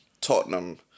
Tottenham